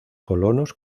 colonos